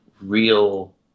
real